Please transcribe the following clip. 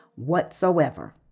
whatsoever